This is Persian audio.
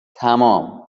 تمام